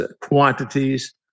quantities